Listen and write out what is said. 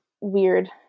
weird